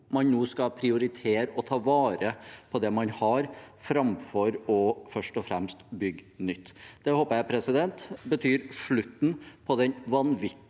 man nå skal prioritere å ta vare på det man har, framfor først og fremst å bygge nytt. Det håper jeg betyr slutten på den vanvittige